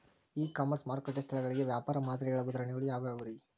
E commerce ಮಾರುಕಟ್ಟೆ ಸ್ಥಳಗಳಿಗೆ ವ್ಯಾಪಾರ ಮಾದರಿಗಳ ಉದಾಹರಣೆಗಳು ಯಾವವುರೇ?